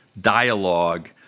dialogue